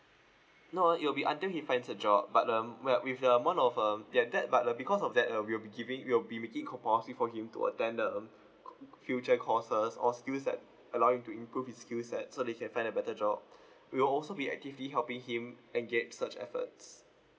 no it'll be until he finds a job but um well with the amount of um that that but uh because of that uh we'll be giving we will be make it compulsory for him to attend the um future courses or skill sat allow him to improve his skill set so he can find a better job we'll also be actively helping him engage such efforts